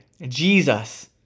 Jesus